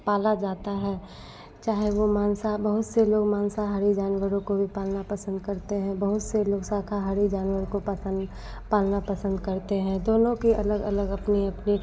पाला जाता है चाहे वह मांसा बहुत से लोग माँसाहारी जानवरों को भी पालना पसंद करते हैं बहुत से लोग शाकाहारी जानवर को पसन पालना पसंद करते हैं दोनों की अलग अलग अपनी अपनी